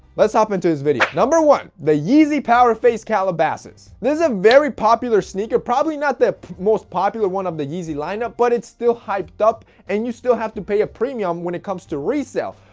let's hop into this video. number one, the yeezy powerface calabasas. this is a very popular sneaker, probably not the most popular one of the yeezy lineup, but it's still hyped up and you still have to pay a premium when it comes to resale.